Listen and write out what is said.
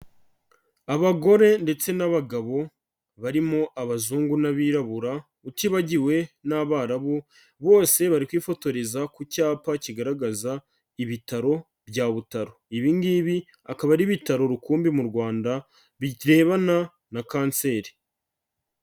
Abagore ndetse n'abagabo barimo abazungu n'abirabura utibagiwe n'abarabu, bose bari kwifotoreza ku cyapa kigaragaza ibitaro bya Butaro. Ibi ngibi akaba ari bitaro rukumbi mu Rwanda birebana na Kanseri.